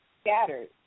scattered